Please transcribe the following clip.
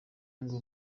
ngo